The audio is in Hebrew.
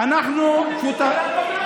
אתם שותפים.